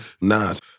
nas